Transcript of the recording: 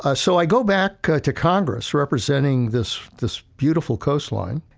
ah so, i go back to congress representing this, this beautiful coastline.